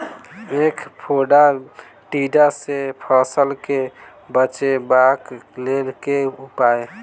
ऐंख फोड़ा टिड्डा सँ फसल केँ बचेबाक लेल केँ उपाय?